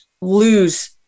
lose